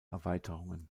erweiterungen